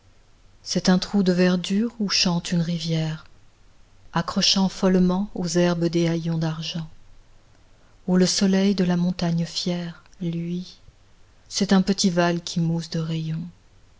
c'est un trou de verdure où chante une rivière accrochant follement aux herbes des haillons d'argent où le soleil de la montagne fière luit c'est un petit aval qui mousse de